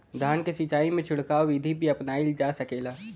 धान के सिचाई में छिड़काव बिधि भी अपनाइल जा सकेला?